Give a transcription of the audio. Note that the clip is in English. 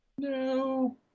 No